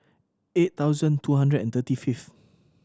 eight thousand two hundred and thirty fifth